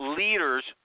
leaders